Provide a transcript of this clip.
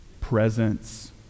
presence